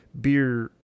beer